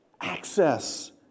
access